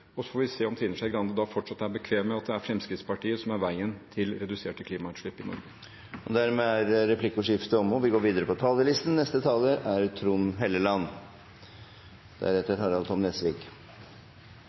og så får vi se om Trine Skei Grande da fortsatt er bekvem med at det er Fremskrittspartiet som er veien til reduserte klimautslipp i Norge. Replikkordskiftet er dermed omme. For tre år siden lovet vi landet en ny kurs. Helsekøene var for lange og ventetidene for lange. Etterslepet på